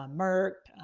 um merck,